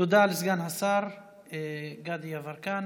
תודה לסגן השר גדי יברקן.